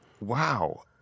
wow